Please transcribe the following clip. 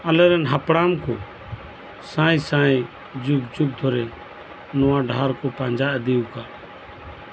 ᱟᱞᱮᱨᱮᱱ ᱦᱟᱯᱲᱟᱢ ᱠᱚ ᱥᱟᱸᱭ ᱥᱟᱸᱭ ᱡᱩᱜ ᱫᱷᱚᱨᱮ ᱱᱚᱣᱟ ᱰᱟᱦᱟᱨ ᱯᱟᱸᱡᱟ ᱤᱫᱤ ᱟᱠᱟᱜ